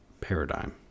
paradigm